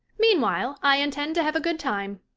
meanwhile, i intend to have a good time.